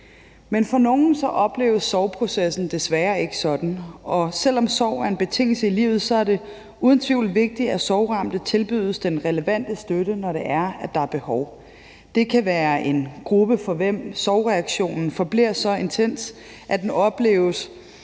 Men for nogle opleves sorgprocessen desværre ikke sådan. Selv om sorg er en betingelse i livet, er det uden tvivl vigtigt, at sorgramte tilbydes den relevante støtte, når det er, at der er behov. Det kan være en gruppe, for hvem sorgreaktionen forbliver så intens, at den opleves